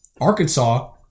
Arkansas